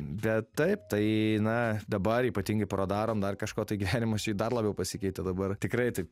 bet taip tai na dabar ypatingai po radarom dar kažko tai gyvenimas čia dar labiau pasikeitė dabar tikrai taip